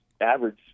average